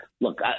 Look